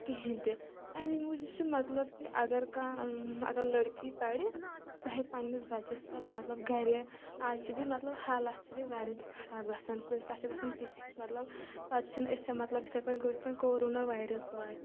کِہینۍ تہِ اَمی موٗجوٗب چھُ مطلب کہ اگر کانٛہہ اگر لٔڑکی پَرِ سۄ ہیٚکہِ پنٛنِس بَچَس پَتہٕ مطلب گَرے آز چھِ بیٚیہِ مطلب حالات چھِ بیٚیہِ واریاہ تہِ خَراب گژھان کُنہِ ساتہٕ چھِ گژھان تِژھ ہِش مطلب پتہٕ چھِنہٕ أسۍ مطلب یِتھٕے کٔنۍ مطلب کورونا وایرَس گوٚوَے